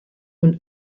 und